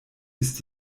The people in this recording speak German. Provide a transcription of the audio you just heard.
ist